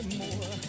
more